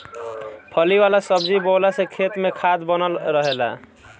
फली वाला सब्जी बोअला से खेत में खाद भी बनल रहेला